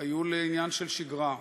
היו לעניין של שגרה.